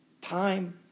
time